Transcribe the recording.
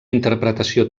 interpretació